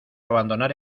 abandonar